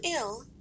ill